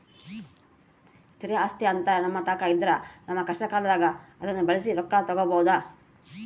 ಸ್ಥಿರ ಆಸ್ತಿಅಂತ ನಮ್ಮತಾಕ ಇದ್ರ ನಮ್ಮ ಕಷ್ಟಕಾಲದಾಗ ಅದ್ನ ಬಳಸಿ ರೊಕ್ಕ ತಗಬೋದು